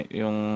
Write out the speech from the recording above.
yung